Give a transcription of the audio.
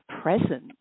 present